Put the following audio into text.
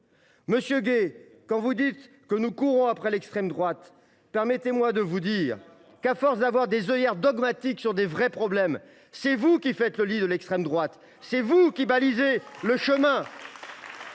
Monsieur Gay, quand vous déclarez que nous courons après l’extrême droite,… Oui !… permettez moi de vous dire qu’à force de mettre des œillères dogmatiques face à de vrais problèmes, c’est vous qui faites le lit de l’extrême droite ! C’est vous qui balisez le chemin